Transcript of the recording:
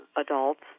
adults